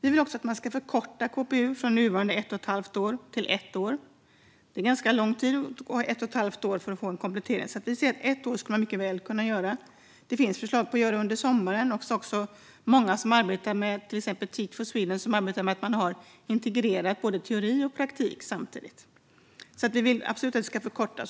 Vi vill också att man ska förkorta KPU från nuvarande ett och ett halvt år till ett år. Ett och ett halvt år är ganska lång tid för att få en komplettering. Vi anser att man mycket väl ska kunna klara utbildningen på ett år. Det finns förslag om att kunna gå utbildningen under sommaren. Det är också många som arbetar med till exempel Teach for Sweden, som integrerar teori och praktik. Vi vill absolut att utbildningen ska förkortas.